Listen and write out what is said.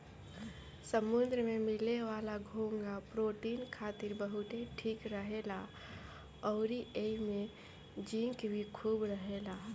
समुंद्र में मिले वाला घोंघा प्रोटीन खातिर बहुते ठीक रहेला अउरी एइमे जिंक भी खूब रहेला